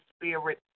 spirit